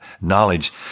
knowledge